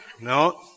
No